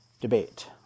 debate